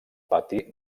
pati